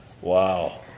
Wow